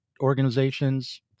organizations